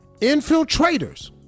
Infiltrators